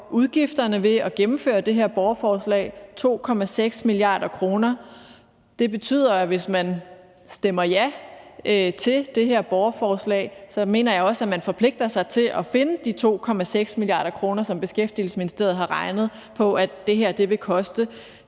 udgifterne ved at gennemføre det her borgerforslag: 2,6 mia. kr. Det betyder, at hvis man stemmer ja til det her borgerforslag, mener jeg også, at man forpligter sig til at finde de 2,6 mia. kr., som Beskæftigelsesministeriet har beregnet at det her vil koste.